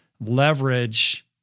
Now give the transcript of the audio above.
leverage